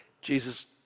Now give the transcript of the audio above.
Jesus